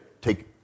take